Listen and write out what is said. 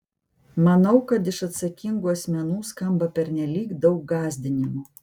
manau kad iš atsakingų asmenų skamba pernelyg daug gąsdinimų